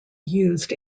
used